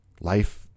life